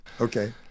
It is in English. okay